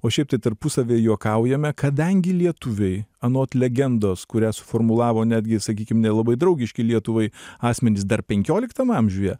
o šiaip tai tarpusavy juokaujame kadangi lietuviai anot legendos kurią suformulavo netgi sakykim nelabai draugiški lietuvai asmenys dar penkioliktam amžiuje